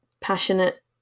passionate